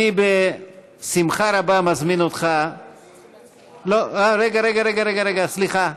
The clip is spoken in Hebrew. אני בשמחה רבה מזמין אותך, רגע, רגע, סליחה.